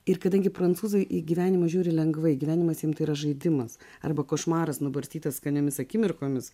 ir kadangi prancūzai į gyvenimą žiūri lengvai gyvenimas jiems tai yra žaidimas arba košmaras nubarstytas skaniomis akimirkomis